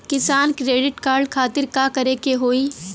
किसान credit card खातिर का करे के होई?